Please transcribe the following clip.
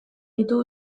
ditu